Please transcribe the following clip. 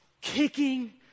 Kicking